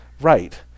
Right